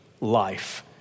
life